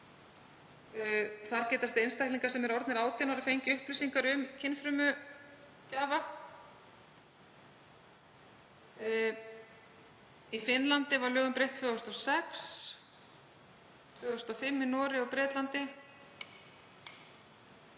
Þar geta einstaklingar sem eru orðnir 18 ára fengið upplýsingar um kynfrumugjafa. Í Finnlandi var lögum breytt árið 2006, árið 2005 í Noregi og Bretlandi